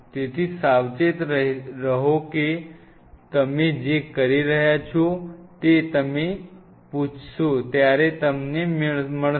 તેથી સાવચેત રહો કે તમે જે કહી રહ્યા છો તે તમે પૂછશો ત્યારે તમને મળશે